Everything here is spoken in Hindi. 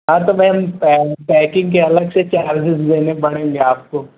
हाँ तो मैम पैकिन्ग के अलग से चार्ज़ेस देने पड़ेंगे आपको